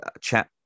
chat